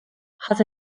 has